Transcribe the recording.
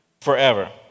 forever